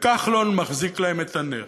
וכחלון מחזיק להם את הנר.